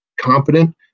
competent